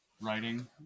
writing